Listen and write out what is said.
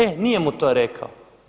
E nije mu to rekao.